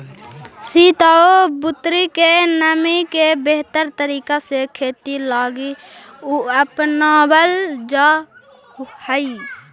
सित आउ बुन्नी के नमी के बेहतर तरीका से खेती लागी अपनाबल जा हई